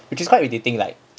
which is quite if you think like